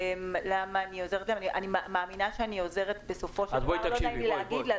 אני מאמינה שאני עוזרת בסופו של דבר ללקוחות.